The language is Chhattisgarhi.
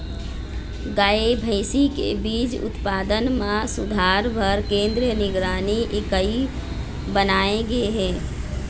गाय, भइसी के बीज उत्पादन म सुधार बर केंद्रीय निगरानी इकाई बनाए गे हे